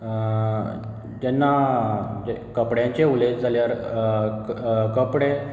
जेन्ना कपड्यांचें उलयत जाल्यार कपडे